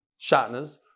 shatnas